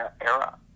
era